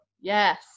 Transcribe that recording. Yes